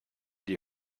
die